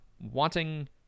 wanting